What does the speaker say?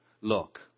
Look